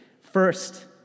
First